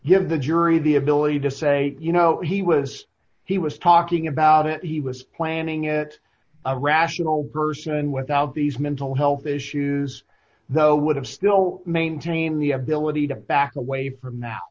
give the jury the ability to say you know he was he was talking about it he was planning it a rational person and without these mental health issues no would have still maintained the ability to back away from